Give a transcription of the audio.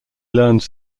learns